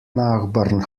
nachbarn